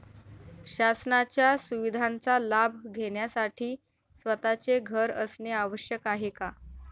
शासनाच्या सुविधांचा लाभ घेण्यासाठी स्वतःचे घर असणे आवश्यक आहे का?